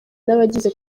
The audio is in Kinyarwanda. n’abagize